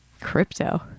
Crypto